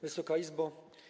Wysoka Izbo!